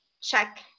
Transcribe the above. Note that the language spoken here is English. check